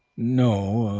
no,